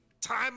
time